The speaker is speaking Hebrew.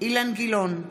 אילן גילאון,